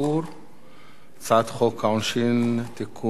הצעת חוק העונשין (תיקון מס' 116),